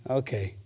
okay